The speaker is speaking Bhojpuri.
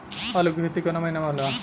आलू के खेती कवना महीना में होला?